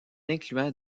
incluant